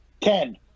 Ten